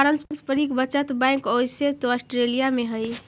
पारस्परिक बचत बैंक ओइसे तो ऑस्ट्रेलिया में हइ